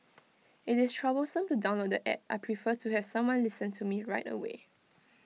IT is troublesome to download the App I prefer to have someone listen to me right away